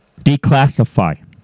declassify